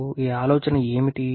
పునరుత్పత్తి ఆలోచన ఏమిటి